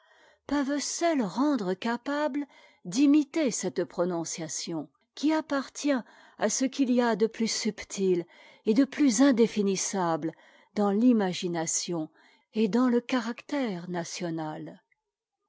peuvent seules rendre capable d'imiter cette prononciation qui appartient à ce qu'il y a de plus subtil et de plus indéfinissable dans l'imagination et dans le caractère national